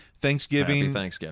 Thanksgiving